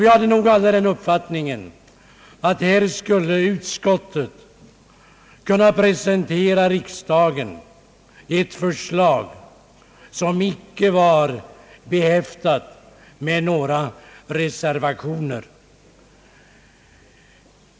Vi hade nog alla den uppfattningen att utskottet skulle kunna presentera riksdagen ett förslag som icke var behäftat med några reservationer.